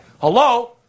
Hello